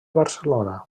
barcelona